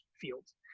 fields